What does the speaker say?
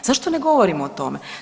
Zašto ne govorimo o tome?